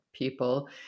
people